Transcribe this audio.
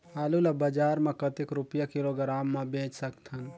आलू ला बजार मां कतेक रुपिया किलोग्राम म बेच सकथन?